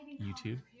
YouTube